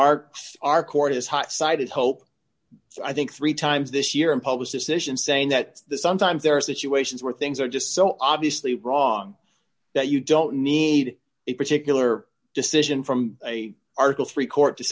are our court is hot sided hope i think three times this year and publish decision saying that sometimes there are situations where things are just so obviously wrong that you don't need a particular decision from a article three court to